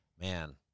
man